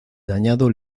dañado